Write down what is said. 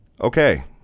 Okay